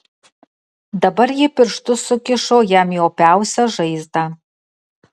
dabar ji pirštus sukišo jam į opiausią žaizdą